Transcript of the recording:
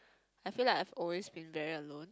I feel like I've always been very alone